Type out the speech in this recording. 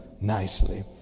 nicely